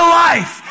life